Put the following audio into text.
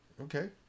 okay